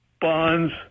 bonds